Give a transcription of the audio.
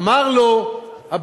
אמר לו הבן,